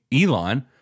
Elon